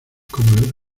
como